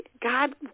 God